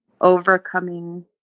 overcoming